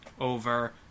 over